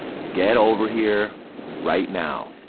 get over here right now.